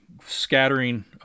scattering